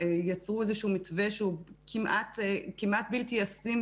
יצרו איזשהו מתווה שהוא כמעט בלתי ישים